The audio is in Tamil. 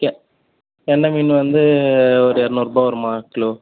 கெ கெண்டை மீன் வந்து ஒரு இரநூறுபா வரும்மா கிலோ